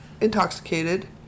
intoxicated